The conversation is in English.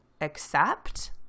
accept